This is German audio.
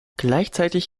gleichzeitig